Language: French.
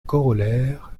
corollaire